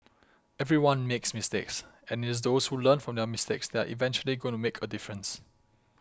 everyone makes mistakes and it is those who learn from their mistakes that are eventually gonna make a difference